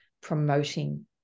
promoting